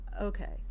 okay